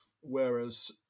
Whereas